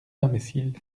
imbéciles